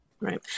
right